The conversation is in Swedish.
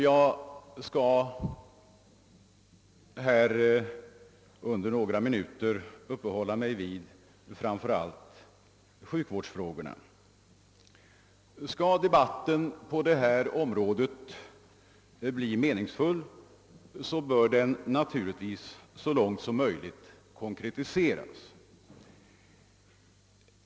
Jag skall under några minuter uppehålla mig vid framför allt sjukvårdsfrågorna. Skall debatten på detta område bli meningsfull, bör den naturligtvis så långt som möjligt konkretiseras.